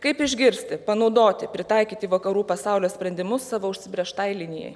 kaip išgirsti panaudoti pritaikyti vakarų pasaulio sprendimus savo užsibrėžtai linijai